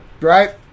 Right